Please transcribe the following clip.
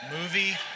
Movie